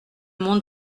monde